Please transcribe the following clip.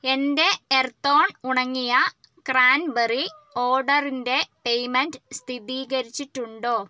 എന്റെ earth on ഉണങ്ങിയ cranberry ഓർഡറിന്റെ പെയ്മെൻറ്റ് സ്ഥിതീകരിച്ചിട്ടുണ്ടോ